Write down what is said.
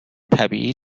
طبیعی